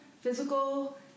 physical